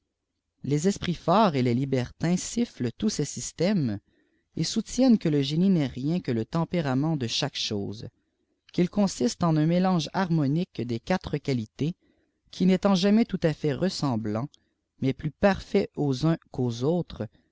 s esprits forts et lès libertitfs sifflent fdus tei syèiïjèfe et soutféimeiit fuie te gêtiïé n'ésf rien que lé tempéfânàettt de chaque chose j qu'il consiste en un mélange harmonique des qiiâlrë qua lifé qûf flettût jàliiais fèui â fait rèsseftrblânt mis plus parfait aux uns qu'aux autres